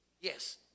yes